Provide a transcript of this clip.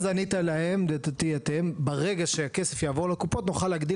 ענית להם שברגע שהכסף יעבור לקופות נוכל להגדיל